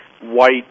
white